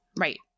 Right